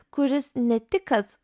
kuris ne tik kad